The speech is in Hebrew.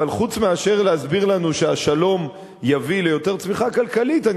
אבל חוץ מאשר להסביר לנו שהשלום יביא ליותר צמיחה כלכלית אני